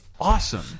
awesome